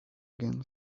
again